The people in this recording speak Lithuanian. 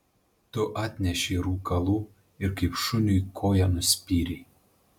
tu atnešei rūkalų ir kaip šuniui koja nuspyrei